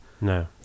No